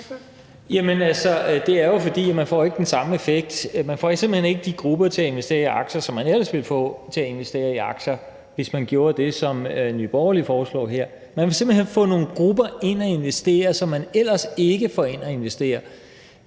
det er jo, fordi man ikke får den samme effekt. Man får simpelt hen ikke de grupper til at investere i aktier, som man ellers ville få til at investere i aktier, hvis man gjorde det, som Nye Borgerlige foreslår her. Man vil simpelt hen få nogle grupper ind og investere, som man ellers ikke får ind og investere.